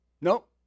Nope